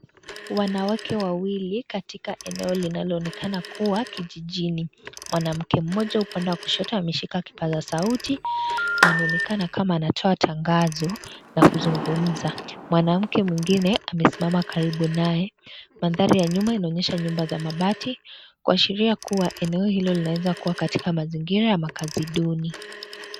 Wanawake wawili katika eneo linaloonekana kuwa kijijini. Mwanamke mmoja upande wa kushoto ameshika kipaza sauti. Na anonekana kama anatoa tangazo la kuzungumza. Mwanamke mwingine amesimama karibu naye. Mandhari inaonyesha nyumba za mabati kuashiria kuwa eneo hilo linaweza kuwa katika mazingira ya makazi duni.